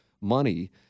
money